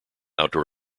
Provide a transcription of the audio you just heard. outdoor